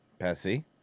Pessy